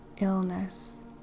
illness